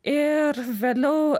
ir vėliau